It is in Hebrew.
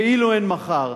כאילו אין מחר.